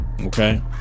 okay